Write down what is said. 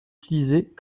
utilisés